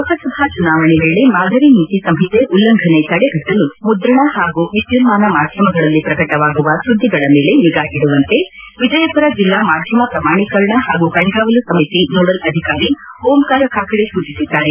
ಲೋಕಸಭಾ ಚುನಾವಣೆ ವೇಳೆ ಮಾದರಿ ನೀತಿ ಸಂಹಿತೆ ಉಲ್ಲಂಘನೆ ತಡೆಗಟ್ಟಲು ಮುದ್ರಣ ಹಾಗೂ ವಿದ್ಯುನ್ನಾನ ಮಾಧ್ಯಮಗಳಲ್ಲಿ ಪ್ರಕಟವಾಗುವ ಸುದ್ದಿಗಳ ಮೇಲೆ ನಿಗಾ ಇಡುವಂತೆ ವಿಜಯಪುಟ್ಟಿ ಜಿಲ್ಲಾ ಮಾಧ್ಯಮ ಪ್ರಮಾಣಿಕರಣ ಹಾಗೂ ಕಣ್ಗಾವಲು ಸಮಿತಿಯ ನೋಡಲ್ ಅಧಿಕಾರಿ ಓಂಕಾರ ಕಾಕಡೆ ಸೂಚಿಸಿದ್ದಾರೆ